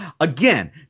Again